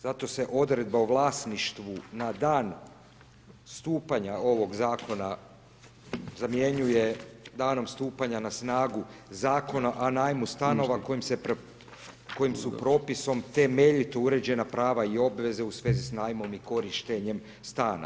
Zato se odredba o vlasništvu na dan stupanja ovog Zakona zamjenjuje danom stupanja na snagu Zakona, o najmu stanova kojim su propisom temeljito uređena prava i obveze u svezi s najmom i korištenjem stana.